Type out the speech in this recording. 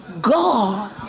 God